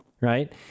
right